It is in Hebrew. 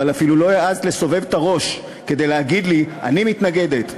אבל אפילו לא העזת לסובב את הראש כדי להגיד לי: אני מתנגדת,